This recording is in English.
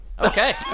Okay